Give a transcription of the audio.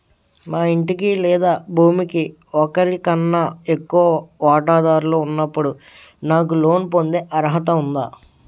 మా ఇంటికి లేదా భూమికి ఒకరికన్నా ఎక్కువ వాటాదారులు ఉన్నప్పుడు నాకు లోన్ పొందే అర్హత ఉందా?